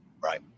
Right